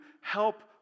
help